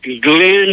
Glenn